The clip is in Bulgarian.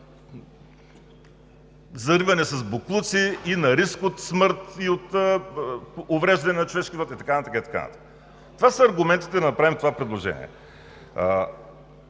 зариване с боклуци, и на риск от смърт, и от увреждане на човешкия живот и така нататък. Това са аргументите да направим това предложение.